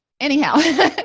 Anyhow